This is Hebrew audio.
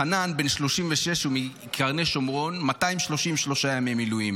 חנן, בן 36 מקרני שומרון, 233 ימי מילואים.